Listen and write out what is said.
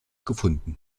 gefunden